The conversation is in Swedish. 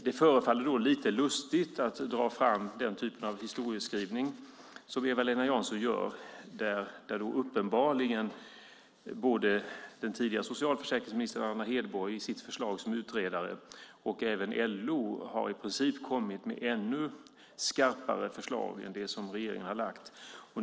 Det förefaller alltså lite lustigt att dra fram den typen av historieskrivning som Eva-Lena Jansson gör, där både den tidigare socialförsäkringsministern Anna Hedborg i sitt förslag som utredare och även LO uppenbarligen har kommit med i princip ännu skarpare förslag än det regeringen har lagt fram.